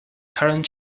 current